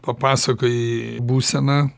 papasakojai būseną